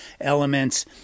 elements